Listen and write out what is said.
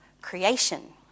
creation